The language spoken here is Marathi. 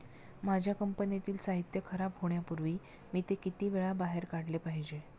माझ्या कंपनीतील साहित्य खराब होण्यापूर्वी मी ते किती वेळा बाहेर काढले पाहिजे?